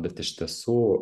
bet iš tiesų